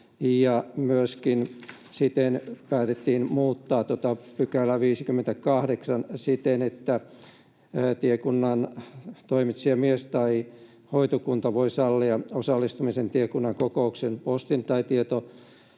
ja siten päätettiin myöskin muuttaa 58 §:ää siten, että ”tiekunnan toimitsijamies tai hoitokunta voi sallia osallistumisen tiekunnan kokoukseen postin tai